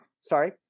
Sorry